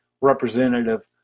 representative